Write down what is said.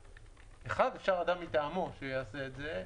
אפשר אדם מטעמו שיעשה את זה.